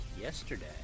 yesterday